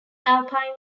alpine